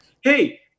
Hey